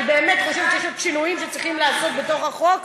אני באמת חושבת שצריכים לעשות עוד שינויים בחוק,